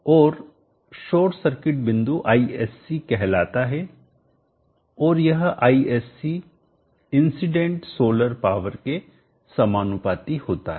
और short circuit बिंदु Isc कहलाता है और यह Isc इंसीडेंट सोलर पावर के समानुपाती होता है